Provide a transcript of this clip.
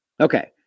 Okay